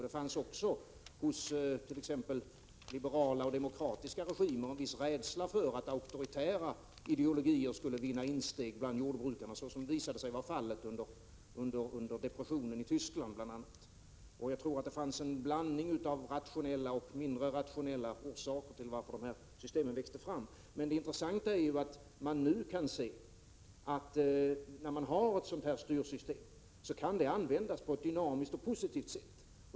Det fanns också hos t.ex. liberala och demokratiska regimer en viss rädsla för att auktoritära ideologier skulle vinna insteg bland jordbrukarna, såsom visade sig vara fallet under depressionen i Tyskland bl.a. Jag tror att det fanns en blandning av rationella och mindre rationella orsaker till att dessa system växte fram, men det intressanta är ju att man nu kan se att ett sådant här styrsystem, när man nu har det, kan användas på ett dynamiskt och positivt sätt.